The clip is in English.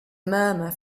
murmur